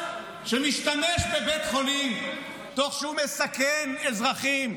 שמשתמש בבית חולים תוך שהוא מסכן אזרחים,